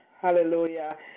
hallelujah